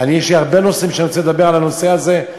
אני רוצה לדבר הרבה בנושא הזה,